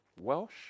Welsh